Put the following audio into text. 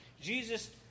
Jesus